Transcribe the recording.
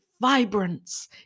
vibrance